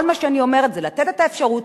כל מה שאני אומרת זה לתת את האפשרות